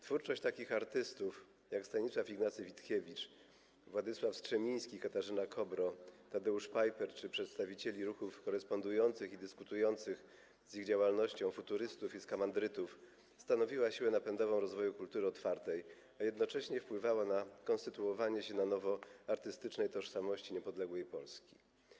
Twórczość takich artystów jak Stanisław Ignacy Witkiewicz, Władysław Strzemiński, Katarzyna Kobro, Tadeusz Peiper czy przedstawicieli ruchów korespondujących i dyskutujących z ich działalnością - futurystów i skamandrytów - stanowiła siłę napędową rozwoju kultury otwartej, a jednocześnie wpływała na konstytuowanie się na nowo artystycznej tożsamości niepodległej Polski.